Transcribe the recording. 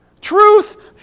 Truth